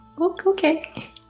okay